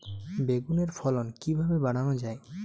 বেগুনের ফলন কিভাবে বাড়ানো যায়?